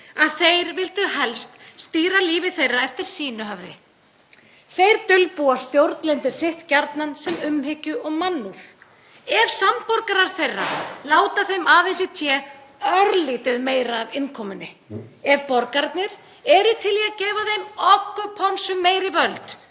að þeir vildu helst stýra lífi þeirra eftir sínu höfði. Þeir dulbúa stjórnlyndi sitt gjarnan sem umhyggju og mannúð. Ef samborgarar þeirra láta þeim aðeins í té örlítið meira af innkomunni, ef borgararnir eru til í að gefa þeim ogguponsu meiri völd,